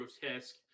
grotesque